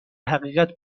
حقیقت